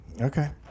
Okay